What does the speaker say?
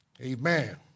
amen